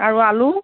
আৰু আলু